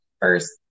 first